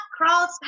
cross